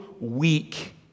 weak